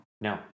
No